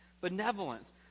benevolence